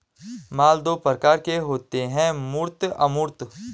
माल दो प्रकार के होते है मूर्त अमूर्त